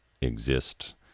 exist